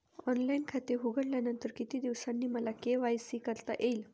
Online खाते उघडल्यानंतर किती दिवसांनी मला के.वाय.सी करता येईल?